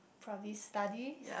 probably studies